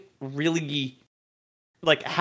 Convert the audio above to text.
really—like